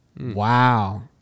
Wow